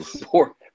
poor